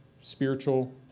spiritual